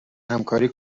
همکاری